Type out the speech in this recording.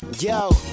Yo